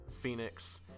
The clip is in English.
Phoenix